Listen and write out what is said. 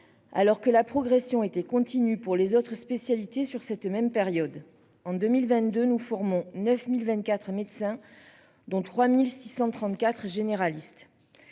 Alors que la progression était continue pour les autres spécialités sur cette même période en 2022. Nous formons 9024 médecins dont 3634 généraliste.